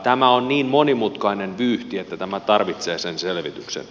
tämä on niin monimutkainen vyyhti että tämä tarvitsee sen selvityksen